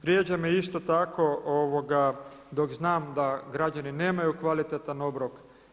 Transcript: Vrijeđa me isto tako dok znam da građani nemaju kvalitetan obrok.